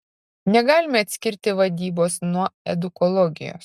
negalime atskirti vadybos nuo edukologijos